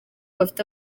bafite